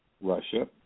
russia